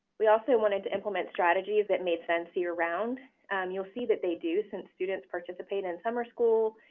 we also wanted to implement strategies that made sense year round. and you will see that they do, since students participate in summer school,